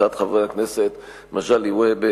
הצעות חברי הכנסת מגלי והבה,